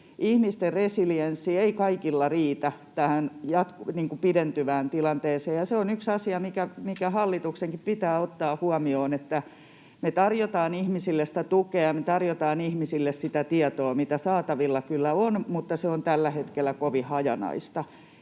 Ihmisten resilienssi ei kaikin osin riitä tähän pidentyvään tilanteeseen, ja se on yksi asia, mikä hallituksenkin pitää ottaa huomioon. Me tarjotaan ihmisille sitä tukea, me tarjotaan ihmisille sitä tietoa, mitä saatavilla kyllä on, mutta se on tällä hetkellä kovin hajanaista.